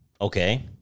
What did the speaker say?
Okay